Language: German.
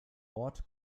ort